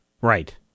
Right